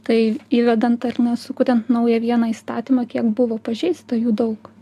tai įvedant ar ne sukuriant naują vieną įstatymą kiek buvo pažeista jų daug